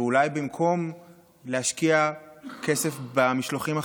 ואולי במקום להשקיע כסף במשלוחים החיים,